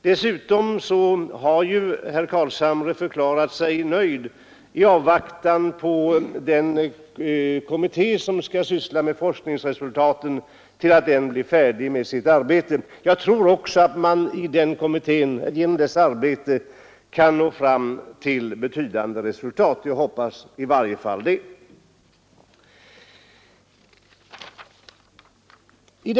Dessutom har herr Carlshamre förklarat sig nöjd i avvaktan på att den kommitté som skall syssla med forskningsresultaten blir färdig med sitt arbete. Jag tror att man genom den kommittén kan nå fram till betydande resultat. Jag hoppas i varje fall så.